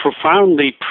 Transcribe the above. profoundly